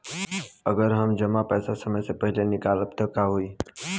अगर हम जमा पैसा समय से पहिले निकालब त का होई?